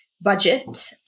budget